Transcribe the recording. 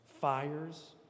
fires